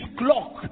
clock